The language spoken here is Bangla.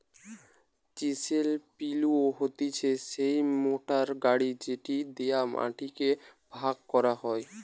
চিসেল পিলও হতিছে সেই মোটর গাড়ি যেটি দিয়া মাটি কে ভাগ করা হয়